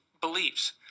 beliefs